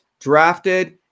drafted